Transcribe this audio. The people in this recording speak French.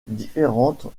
différentes